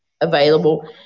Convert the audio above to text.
available –